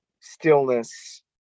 stillness